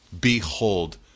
behold